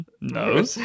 No